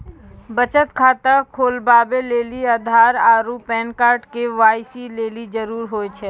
बचत खाता खोलबाबै लेली आधार आरू पैन कार्ड के.वाइ.सी लेली जरूरी होय छै